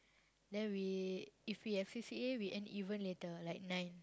then we if we have C_C_A we end even later like nine